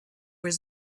was